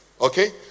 Okay